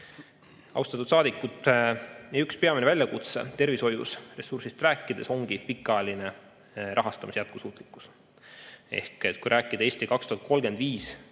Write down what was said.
Austatud saadikud! Üks peamine väljakutse tervishoius, ressursist rääkides, ongi pikaajaline rahastamise jätkusuutlikkus. Ehk kui rääkida "Eesti 2035"